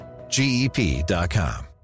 GEP.com